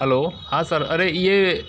hello हाँ sir अरे ये